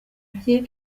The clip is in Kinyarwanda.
bye